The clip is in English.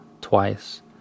twice